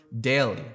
daily